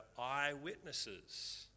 eyewitnesses